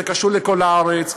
זה קשור לכל הארץ,